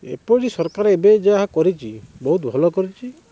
ଏପରି ସରକାରେ ଏବେ ଯାହା କରିଛି ବହୁତ ଭଲ କରିଛି